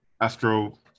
astro